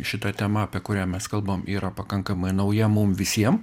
šita tema apie kurią mes kalbam yra pakankamai nauja mum visiem